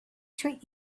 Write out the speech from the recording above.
treat